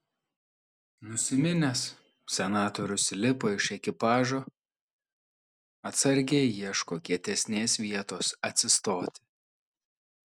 nusiminęs senatorius lipa iš ekipažo atsargiai ieško kietesnės vietos atsistoti